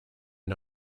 are